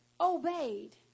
obeyed